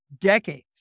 decades